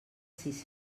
sis